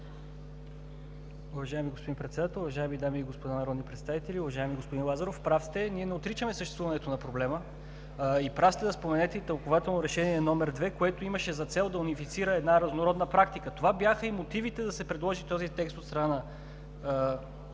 Уважаеми господин Председател, уважаеми дами и господа народни представители, уважаеми господин Лазаров, прав сте. Ние не отричаме съществуването на проблема. Прав сте да споменете и тълкувателно Решение № 2, което имаше за цел да унифицира една разнородна практика. Това бяха и мотивите да се предложи този текст от страна